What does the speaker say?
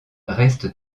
restent